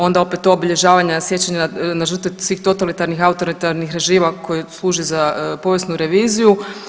Onda opet obilježavanja sjećanja na žrtve svih totalitarnih i autoritarnih režima koji služe za povijesnu reviziju.